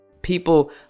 People